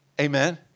amen